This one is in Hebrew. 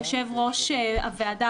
יושב-ראש הוועדה,